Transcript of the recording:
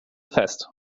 fest